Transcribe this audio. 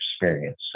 experience